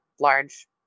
large